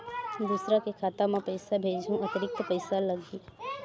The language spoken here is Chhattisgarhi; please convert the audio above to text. दूसरा के खाता म पईसा भेजहूँ अतिरिक्त पईसा लगही का?